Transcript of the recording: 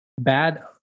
bad